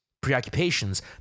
preoccupations